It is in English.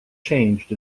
changed